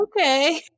okay